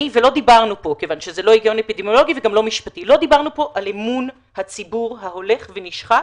לא דיברנו פה על אמון הציבור ההולך ונשחק